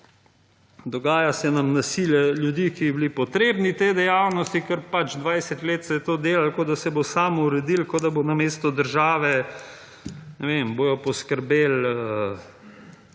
dogaja se nam nasilje ljudi, ki bi bili potrebne te dejavnosti, ker pač 20 let se je to delalo, kot da se bo samo uredilo, kot da bo namesto države, ne vem, bojo poskrbeli